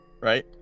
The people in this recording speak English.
right